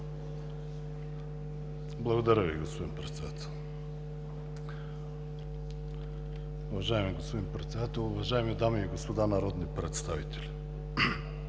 Благодаря Ви, господин Председател. Уважаеми господин Председател, уважаеми дами и господа народни представители!